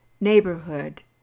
neighborhood